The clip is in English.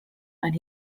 and